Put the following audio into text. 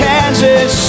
Kansas